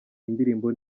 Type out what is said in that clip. indirimbo